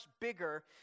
bigger